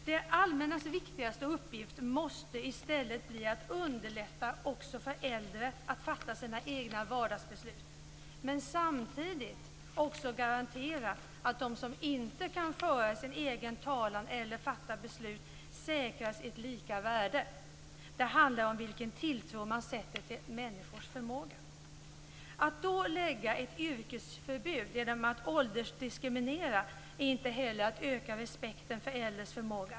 Det allmännas viktigaste uppgift måste i stället bli att underlätta också för äldre att fatta sina egna vardagsbeslut men samtidigt garantera att också de som inte kan föra sin egen talan eller fatta egna beslut säkras ett lika värde. Det handlar om vilken tilltro man sätter till människors förmåga. Att då lägga ett yrkesförbud genom att åldersdiskriminera är inte att öka respekten för äldres förmåga.